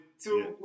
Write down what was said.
two